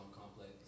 Complex